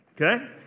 okay